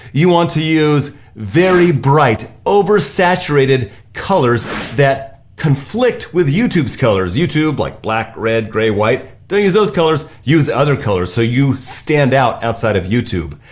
you want to use very bright, over saturated colors that conflict with youtube's colors. youtube, like, black, red, gray, white, don't use those colors, use other colors so you stand out outside of youtube.